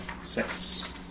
Six